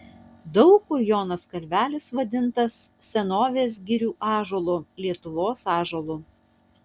daug kur jonas kalvelis vadintas senovės girių ąžuolu lietuvos ąžuolu